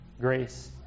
grace